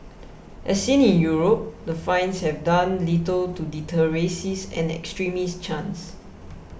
as seen in Europe the fines have done little to deter racist and extremist chants